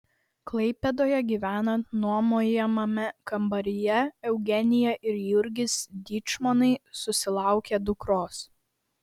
klaipėdoje gyvenant nuomojamame kambaryje eugenija ir jurgis dyčmonai susilaukė dukros